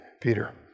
Peter